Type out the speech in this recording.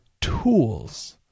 tools